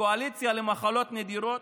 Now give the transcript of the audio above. הקואליציה למחלות נדירות,